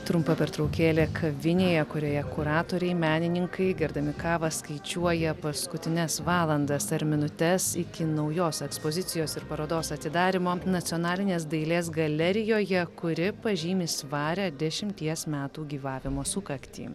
trumpa pertraukėlė kavinėje kurioje kuratoriai menininkai gerdami kavą skaičiuoja paskutines valandas ar minutes iki naujos ekspozicijos ir parodos atidarymo nacionalinės dailės galerijoje kuri pažymi svarią dešimties metų gyvavimo sukaktį